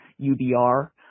UBR